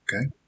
Okay